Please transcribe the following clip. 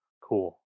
cool